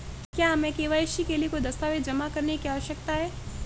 क्या हमें के.वाई.सी के लिए कोई दस्तावेज़ जमा करने की आवश्यकता है?